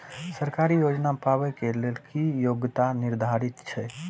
सरकारी योजना पाबे के लेल कि योग्यता निर्धारित छै?